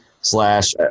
slash